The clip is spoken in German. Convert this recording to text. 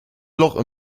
loch